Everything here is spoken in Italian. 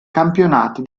campionati